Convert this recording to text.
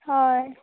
हय